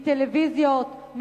מטלוויזיות,